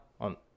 on